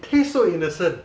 it tastes so innocent